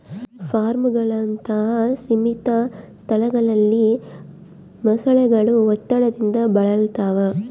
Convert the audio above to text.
ಫಾರ್ಮ್ಗಳಂತಹ ಸೀಮಿತ ಸ್ಥಳಗಳಲ್ಲಿ ಮೊಸಳೆಗಳು ಒತ್ತಡದಿಂದ ಬಳಲ್ತವ